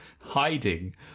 hiding